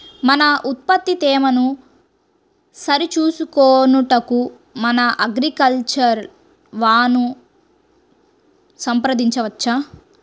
మన ఉత్పత్తి తేమను సరిచూచుకొనుటకు మన అగ్రికల్చర్ వా ను సంప్రదించవచ్చా?